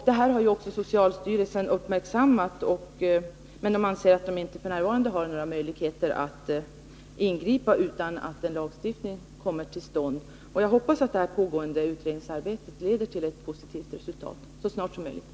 Detta har socialstyrelsen uppmärksammat men anser sig inte ha några möjligheter att ingripa utan att en lagstiftning kommer till stånd. Jag hoppas att det pågående utredningsarbetet så snart som möjligt leder till ett positivt resultat.